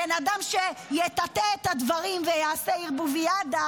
בן אדם שיטאטא את הדברים ויעשה ערבוביאדה